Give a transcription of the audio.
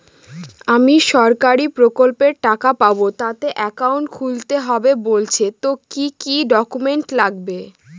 আমি সরকারি প্রকল্পের টাকা পাবো তাতে একাউন্ট খুলতে হবে বলছে তো কি কী ডকুমেন্ট লাগবে?